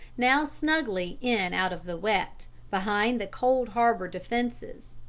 now snugly in out of the wet, behind the cold harbor defences.